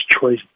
choice